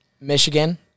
Michigan